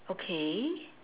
okay